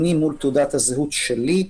אני מול תעודת הזהות שלי,